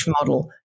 model